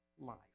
life